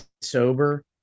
sober